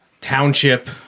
township